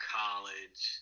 college